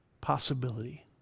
possibility